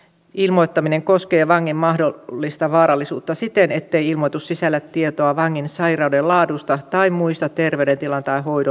ilmoittaminen koskee vangin mahdollista vaarallisuutta siten ettei ilmoitus sisällä tietoa vangin sairauden laadusta tai muista terveydentilan tai hoidon yksityiskohdista